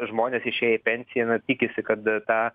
žmonės išėję į pensiją na tikisi kad tą